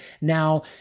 Now